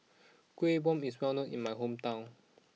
Kueh Bom is well known in my hometown